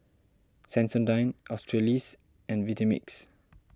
Sensodyne Australis and Vitamix